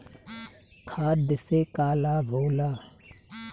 खाद्य से का लाभ होला?